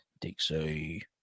Dixie